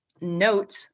note